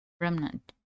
Remnant